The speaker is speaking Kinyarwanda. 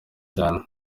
cyane